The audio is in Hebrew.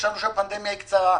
חשבנו שהפנדמיה היא קצרה.